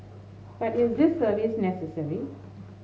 but is this service necessary